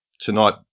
tonight